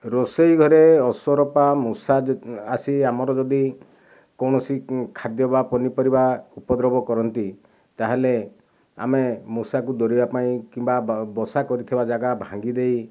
ରୋଷେଇ ଘରେ ଅସରପା ମୂଷା ଆସି ଆମର ଯଦି କୌଣସି ଖାଦ୍ୟ ବା ପନିପରିବା ଉପଦ୍ରବ କରନ୍ତି ତା'ହେଲେ ଆମେ ମୂଷାକୁ ଡରିବା ପାଇଁ କିମ୍ବା ବସା କରିଥିବା ଯାଗା ଭାଙ୍ଗି ଦେଇ